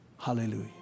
Hallelujah